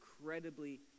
incredibly